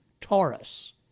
Taurus